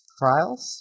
trials